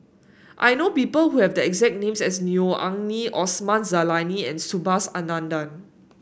I know people who have the exact name as Neo Anngee Osman Zailani and Subhas Anandan